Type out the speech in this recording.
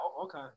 Okay